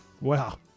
Wow